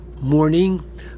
morning